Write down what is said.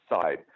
side